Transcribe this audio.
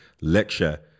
lecture